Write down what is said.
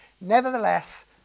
nevertheless